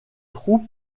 trous